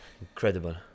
Incredible